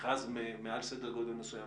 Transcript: ומכרז מעל סדר גודל מסוים,